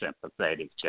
sympathetic